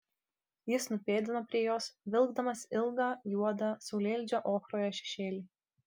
jis nupėdino prie jos vilkdamas ilgą juodą saulėlydžio ochroje šešėlį